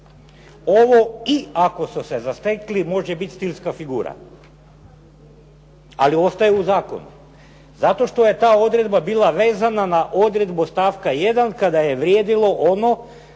Ovo "i ako su se zatekli" može biti stilska figura. Ali ostaje u zakonu, zato što je ta odredba bila vezana na odredbu stavka 1. kada je vrijedilo ono